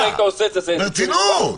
ברצינות.